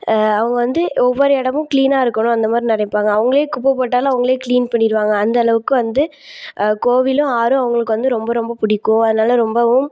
அவங்க வந்து ஒவ்வொரு இடமும் கிளீனாக இருக்கணும் அந்தமாதிரி நினைப்பாங்க அவங்களே குப்பைப் போட்டாலும் அவங்களே கிளீன் பண்ணிடுவாங்க அந்தளவுக்கு வந்து கோவிலும் ஆறும் அவங்களுக்கு வந்து ரொம்ப ரொம்ப பிடிக்கும் அதனால் ரொம்பவும்